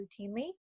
routinely